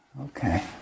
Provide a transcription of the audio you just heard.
Okay